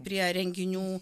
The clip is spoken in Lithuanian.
prie renginių